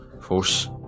force